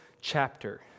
chapter